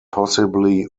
possibly